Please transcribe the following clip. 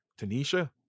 Tanisha